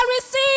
receive